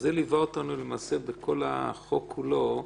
זה ליווה אותנו למעשה בכל החוק כולו,